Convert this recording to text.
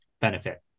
benefit